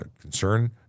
concern